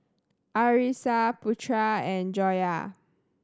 Arissa Putra and Joyah